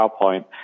PowerPoint